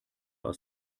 aus